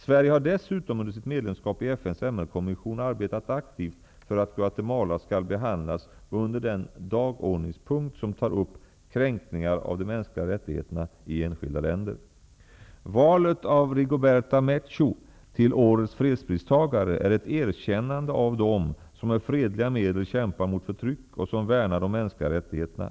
Sverige har dessutom under sitt medlemskap i FN:s MR kommission arbetat aktivt för att Guatemala skall behandlas under den dagordningspunkt som tar upp ''kränkningar av de mänskliga rättigheterna'' i enskilda länder. Valet av Rigoberta Menchu till årets fredspristagare är ett erkännande av dem som med fredliga medel kämpar mot förtryck och som värnar de mänskliga rättigheterna.